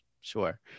sure